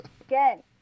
Again